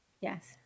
Yes